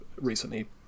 recently